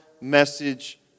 message